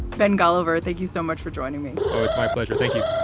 ben galva, thank you so much for joining me oh, it's my pleasure. thank you